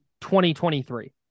2023